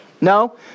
No